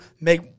make